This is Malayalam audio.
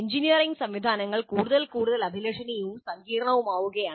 എഞ്ചിനീയറിംഗ് സംവിധാനങ്ങൾ കൂടുതൽ കൂടുതൽ അഭിലഷണീയവും സങ്കീർണ്ണവുമാവുകയാണ്